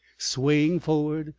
swaying forward,